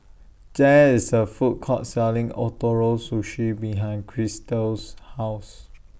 There IS A Food Court Selling Ootoro Sushi behind Krystal's House